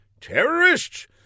Terrorists